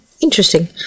Interesting